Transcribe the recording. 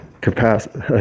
capacity